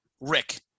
Rick